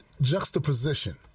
juxtaposition